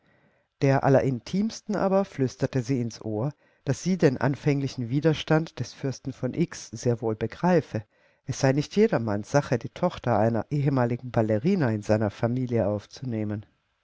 der allerintimsten aber flüsterte sie ins ohr daß sie den anfänglichen widerstand des fürsten von x sehr wohl begreife es sei nicht jedermanns sache die tochter einer ehemaligen ballerina in seine familie aufzunehmen